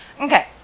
Okay